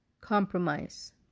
Compromise